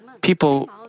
people